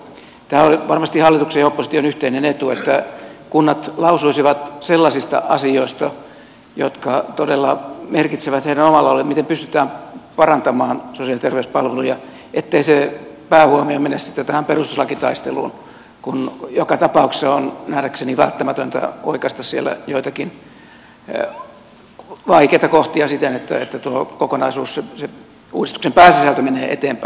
tämähän on varmasti hallituksen ja opposition yhteinen etu että kunnat lausuisivat sellaisista asioista jotka todella merkitsevät heidän omalla alueellaan miten pystytään parantamaan sosiaali ja terveyspalveluja ettei se päähuomio mene sitten tähän perustuslakitaisteluun kun joka tapauksessa on nähdäkseni välttämätöntä oikaista siellä joitakin vaikeita kohtia siten että tuo uudistuksen pääsisältö menee eteenpäin